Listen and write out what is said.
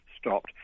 stopped